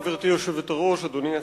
גברתי היושבת-ראש, תודה רבה, אדוני השר,